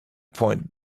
point